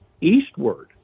eastward